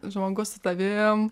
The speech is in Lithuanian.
žmogus su tavim